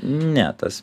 ne tas